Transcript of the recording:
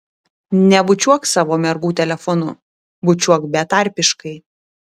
nebučiuok savo mergų telefonu bučiuok betarpiškai